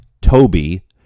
Toby